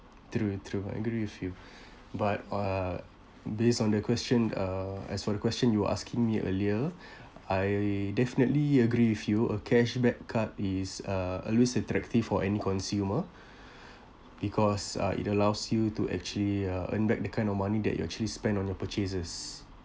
true true I agree with you but uh based on the question uh as for the question you asking me earlier I definitely agree with you a cashback card is uh always attractive for any consumer because uh it allows you to actually uh earn back the kind of money that you actually spend on your purchases